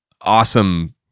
awesome